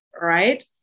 right